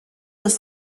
was